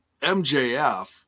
MJF